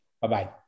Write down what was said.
Bye-bye